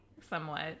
somewhat